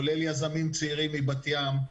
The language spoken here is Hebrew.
כולל יזמים צעירים מבת ים,